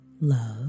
love